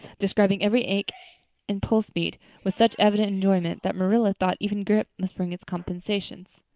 describing every ache and pulse beat with such evident enjoyment that marilla thought even grippe must bring its compensations.